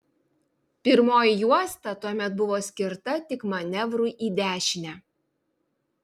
pirmoji juosta tuomet buvo skirta tik manevrui į dešinę